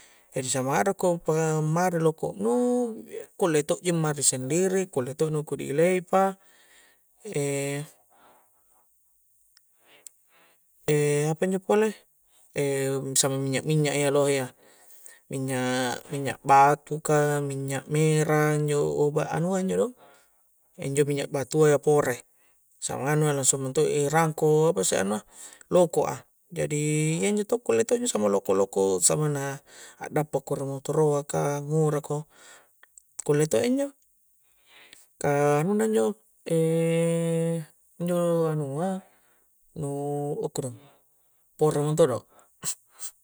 Jari samang arakko pammari loko' nu kulle tokji mari sendiri kule todo nu ku di ilei pa apanjo pole samang minya-minya a iya lohe ya minya-minya batu ka minya mera injo obat anua injo do injo minya batua pore samang anu iya langsung mentok i rangko apase anua lokoa jadi iyanjo to kule to injo samang loko-loko samang na akdappo ko ri mooro a ka ngura ko kulle to injo ka anunna injo injo anua nu ukkodong pore mentodo